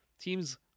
Teams